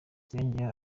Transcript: yongeyeho